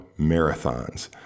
marathons